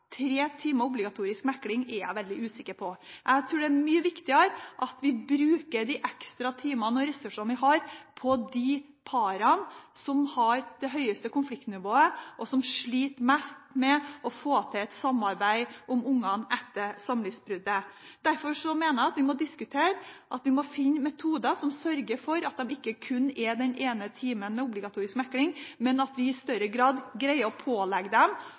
tre timer obligatorisk mekling, er jeg veldig usikker på. Jeg tror det er mye viktigere at vi bruker de ekstra timene og ressursene vi har, på de parene som har det høyeste konfliktnivået, og som sliter mest med å få til et samarbeid om ungene etter samlivsbruddet. Derfor mener jeg at vi må diskutere og finne metoder som sørger for at det ikke kun er den ene timen med obligatorisk mekling, men at vi i større grad greier å pålegge dem